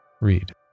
Read